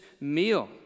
meal